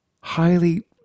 highly